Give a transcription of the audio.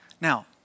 Now